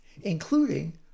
including